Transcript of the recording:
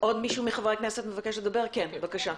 חבר הכנסת סעיד אלחרומי, בבקשה.